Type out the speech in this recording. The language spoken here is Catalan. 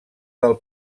del